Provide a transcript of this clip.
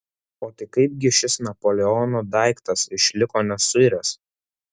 o tai kaip gi šis napoleono daiktas išliko nesuiręs